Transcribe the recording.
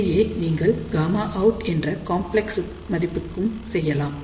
இதையே நீங்கள் Zout என்ற காம்ப்லெஃஸ் மதிப்புக்கும் செய்யலாம்